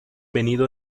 venido